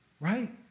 right